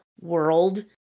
world